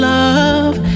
love